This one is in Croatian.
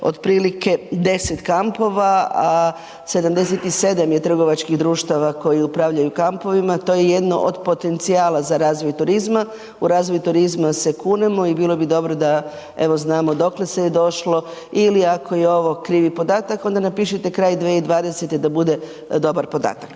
otprilike deset kampova, a 77 je trgovačkih društava koji upravljaju kampovima, to je jedno od potencijala za razvoj turizma. U razvoj turizma se kunemo i bilo bi dobro da evo znamo dokle se je došlo ili ako je ovo krivi podatak onda napišite kraj 2020. da bude dobar podatak.